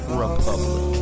republic